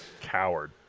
coward